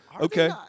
Okay